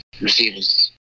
receivers